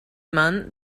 man